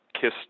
KISS